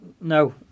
No